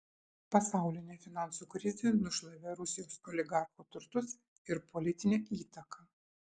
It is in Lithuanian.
pasaulinė finansų krizė nušlavė rusijos oligarchų turtus ir politinę įtaką